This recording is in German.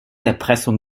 erpressung